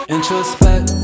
Introspect